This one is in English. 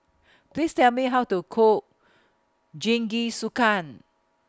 Please Tell Me How to Cook Jingisukan